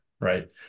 Right